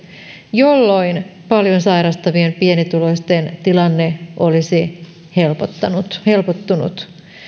jolloin paljon sairastavien pienituloisten tilanne olisi helpottunut